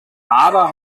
marder